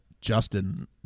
Justin